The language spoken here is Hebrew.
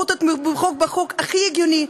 בואו תתמכו בחוק הכי הגיוני.